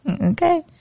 Okay